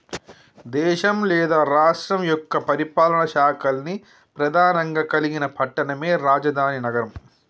దేశం లేదా రాష్ట్రం యొక్క పరిపాలనా శాఖల్ని ప్రెధానంగా కలిగిన పట్టణమే రాజధాని నగరం